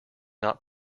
not